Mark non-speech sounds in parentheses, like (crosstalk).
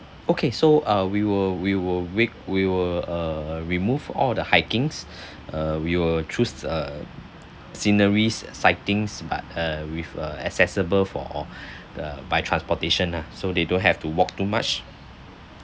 okay so uh we will we will wait we will err remove all the hikings (breath) err we will choose a sceneries sightings but uh with uh accessible for the by transportation lah so they don't have to walk too much